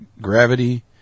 gravity